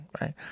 right